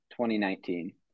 2019